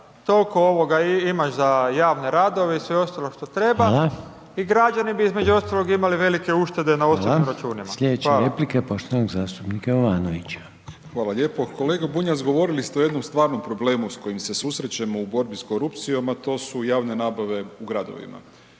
toliko imaš za javne radove i sve ostalo što treba i građani bi između ostalog imali velike uštede na osobnim računima. Hvala. **Reiner, Željko (HDZ)** Hvala. Sljedeća replika je poštovanog zastupnika Jovanovića. **Jovanović, Željko (SDP)** Hvala lijepo. Kolega Bunjac, govorili ste o jednom stvarnom problemu s kojim se susrećemo u borbi s korupcijom, a to su javne nabave u gradovima.